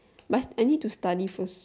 but I need to study first